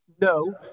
No